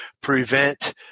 prevent